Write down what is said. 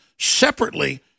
separately